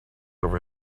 over